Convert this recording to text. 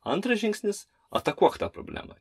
antras žingsnis atakuok tą problemą